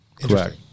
Correct